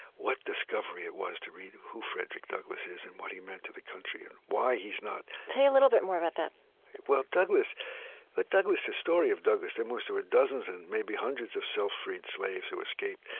what discovery it was to read who frederick douglass is and what he meant to the country. and why he's not, say a little bit more about that well, douglass but douglass the story of douglass, at most, there were dozens and maybe hundreds of self-freed slaves who escaped,